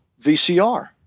VCR